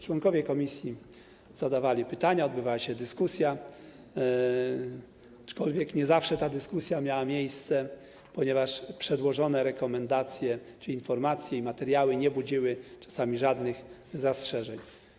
Członkowie komisji zadawali pytania, odbywała się dyskusja, aczkolwiek nie zawsze ta dyskusja miała miejsce, ponieważ przedłożone rekomendacje czy informacje i materiały nie budziły czasami żadnych zastrzeżeń.